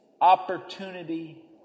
opportunity